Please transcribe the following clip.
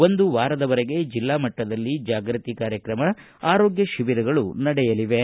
ಒಂದು ವಾರದವರೆಗೆ ಜೆಲ್ಲಾಮಟ್ಟದಲ್ಲಿ ಜಾಗೃತಿ ಕಾರ್ಯಕ್ರಮ ಆರೋಗ್ಯ ಶಿಬಿರಗಳು ನಡೆಯಲಿವೆ